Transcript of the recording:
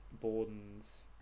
Borden's